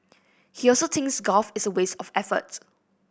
he also thinks golf is a waste of effort